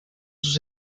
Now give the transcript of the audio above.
sus